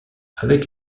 avec